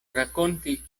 rakonti